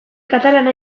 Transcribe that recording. katalana